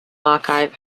archive